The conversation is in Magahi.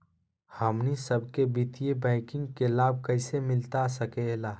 हमनी सबके वित्तीय बैंकिंग के लाभ कैसे मिलता सके ला?